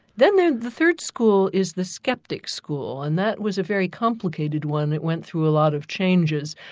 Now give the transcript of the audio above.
then then the third school is the sceptic school, and that was a very complicated one. it went through a lot of changes,